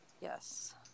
Yes